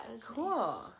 cool